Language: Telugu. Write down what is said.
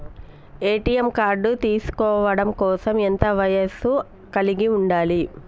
ఏ.టి.ఎం కార్డ్ తీసుకోవడం కోసం ఎంత వయస్సు కలిగి ఉండాలి?